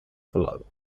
flow